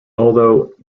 although